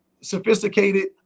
sophisticated